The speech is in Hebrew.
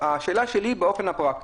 השאלה שלי היא באופן הפרקטי,